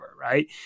right